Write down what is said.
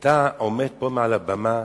אתה עומד על הבמה,